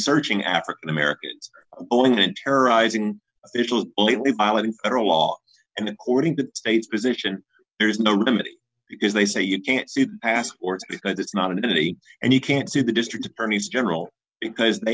searching african americans owning a terrorizing island or a law and according to state's position there is no remedy because they say you can't see passports because it's not an identity and you can see the district attorneys general because they